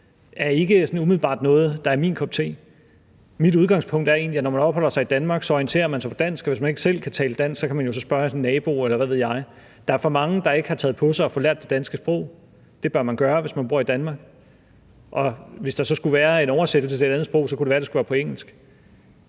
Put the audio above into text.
ikke umiddelbart noget, der er min kop te. Mit udgangspunkt er egentlig, at når man opholder sig i Danmark, orienterer man sig på dansk, og hvis man ikke selv kan tale dansk, kan man jo så spørge sin nabo, eller hvad ved jeg. Der er for mange, der ikke har taget på sig at få lært det danske sprog. Det bør man gøre, hvis man bor i Danmark. Hvis der så skulle være en oversættelse til et andet sprog, kunne det være at det skulle være til engelsk.